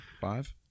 five